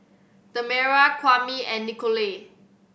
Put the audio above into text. Tamera Kwame and Nichole